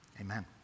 Amen